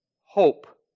Hope